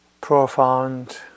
profound